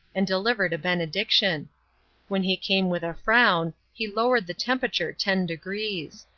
and delivered a benediction when he came with a frown he lowered the temperature ten degrees.